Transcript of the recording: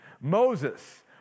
Moses